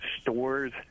stores